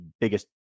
biggest